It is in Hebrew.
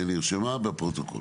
שנרשמה בפרוטוקול.